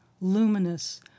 luminous